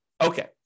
Okay